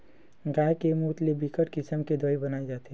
गाय के मूते ले बिकट किसम के दवई बनाए जाथे